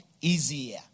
easier